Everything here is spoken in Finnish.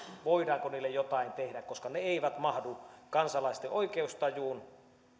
voidaanko niille jotain tehdä koska ne eivät mahdu kansalaisten oikeustajuun